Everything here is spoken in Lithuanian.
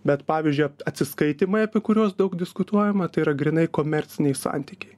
bet pavyzdžiui atsiskaitymai apie kuriuos daug diskutuojama tai yra grynai komerciniai santykiai